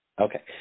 Okay